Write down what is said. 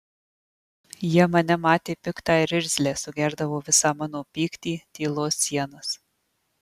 jie mane matė piktą ir irzlią sugerdavo visą mano pyktį tylos sienas